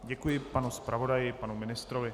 Děkuji panu zpravodaji i panu ministrovi.